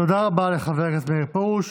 תודה רבה לחבר הכנסת מאיר פרוש.